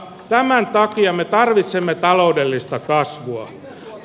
tämän takia me tarvitsemme taloudellista kasvua